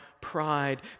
pride